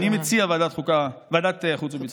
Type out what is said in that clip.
אני מציע ועדת החוץ והביטחון.